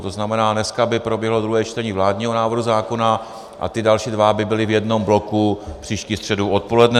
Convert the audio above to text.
To znamená, dneska by proběhlo druhé čtení vládního návrhu zákona a ty další dva by byly v jednom bloku příští středu odpoledne.